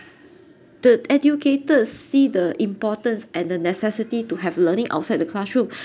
the educators see the importance and the necessity to have learning outside the classroom